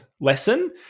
lesson